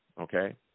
okay